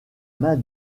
main